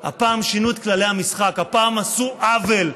הפעם שינו את כללי המשחק, הפעם עשו עוול,